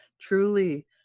truly